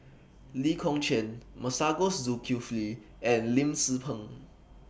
Lee Kong Chian Masagos Zulkifli and Lim Tze Peng